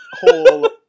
whole